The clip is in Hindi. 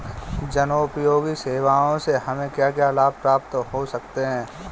जनोपयोगी सेवा से हमें क्या क्या लाभ प्राप्त हो सकते हैं?